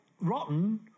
Rotten